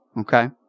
okay